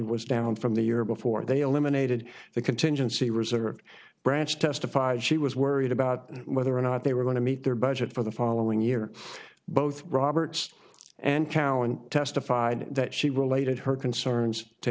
was down from the year before they eliminated the contingency reserve branch testified she was worried about whether or not they were going to meet their budget for the following year both roberts and cowan testified that she related her concerns to